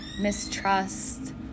mistrust